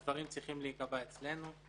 הדברים צריכים להיקבע אצלנו,